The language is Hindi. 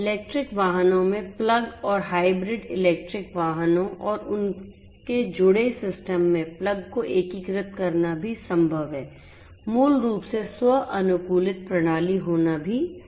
इलेक्ट्रिक वाहनों में प्लग और हाइब्रिड इलेक्ट्रिक वाहनों और उनके जुड़े सिस्टम में प्लग को एकीकृत करना भी संभव है मूल रूप से स्व अनुकूलित प्रणाली होना भी संभव है